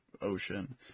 ocean